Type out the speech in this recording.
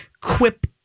quip